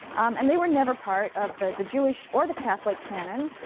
and they were never part of the the jewish or the catholic canon,